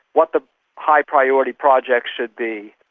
what the high priority projects should be,